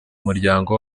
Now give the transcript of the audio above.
muryango